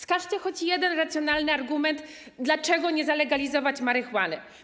Wskażcie choć jeden racjonalny argument, dlaczego nie zalegalizować marihuany.